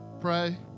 pray